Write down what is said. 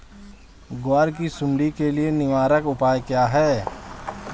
ग्वार की सुंडी के लिए निवारक उपाय क्या है?